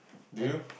do you